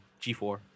G4